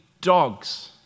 dogs